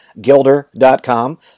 Gilder.com